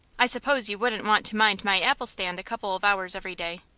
i suppose you wouldn't want to mind my apple-stand a couple of hours every day?